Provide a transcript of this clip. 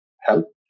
help